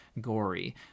gory